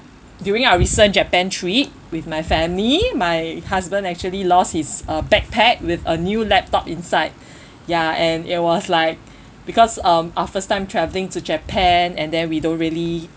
during our recent Japan trip with my family my husband actually lost his uh backpack with a new laptop inside ya and it was like because um our first time travelling to Japan and then we don't really